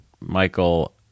michael